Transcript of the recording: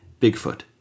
Bigfoot